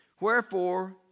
Wherefore